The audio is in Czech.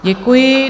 Děkuji.